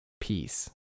peace